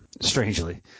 Strangely